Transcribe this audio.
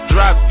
Drop